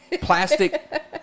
plastic